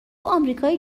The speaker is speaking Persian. آمریکای